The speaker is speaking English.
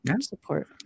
support